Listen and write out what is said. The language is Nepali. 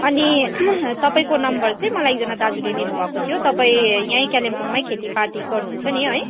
अनि तपाईँको नम्बर चाहिँ मलाई एकजना दाजुले दिनुभएको थियो तपाईँ यहीँ कालिम्पोङमै खेतीपाती गर्नुहुन्छ नि है